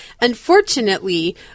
unfortunately